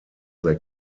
they